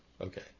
Okay